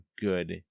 good